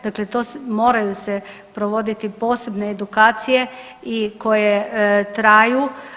Dakle, moraju se provoditi posebne edukacije koje traju.